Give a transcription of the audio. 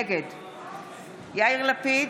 נגד יאיר לפיד,